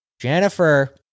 Jennifer